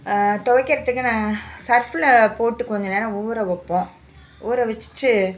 துவைக்கிறத்துக்கு நான் சர்ஃபில் போட்டு கொஞ்சம் நேரம் ஊற வப்போம் ஊற வச்சிட்டு